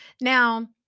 Now